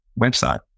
website